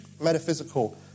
metaphysical